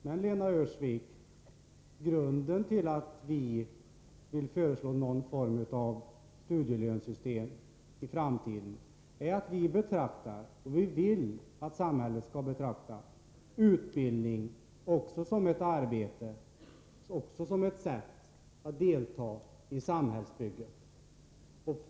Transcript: Men, Lena Öhrsvik, grunden till att vi vill föreslå någon form av studielönesystem i framtiden är att vi betraktar — och vill att samhället skall betrakta — även utbildning som ett arbete och som ett sätt att delta i samhällsbygget.